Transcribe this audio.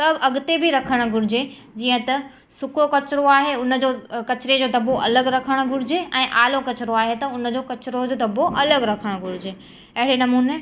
त अॻिते बि रखणु घुरिजे जीअं त सुको कचिरो आहे उन कचिरे जो दबो अलॻि रखणु घुरिजे ऐं आलो कचिरो आहे त उनजो कचरो जो दबो अलॻि रखणु घुरिजे अहिड़े नमुने